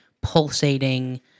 pulsating